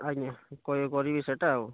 ଆଜ୍ଞା କହିକି କରିବି ସେଟା ଆଉ